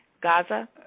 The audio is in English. Gaza